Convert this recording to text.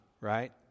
right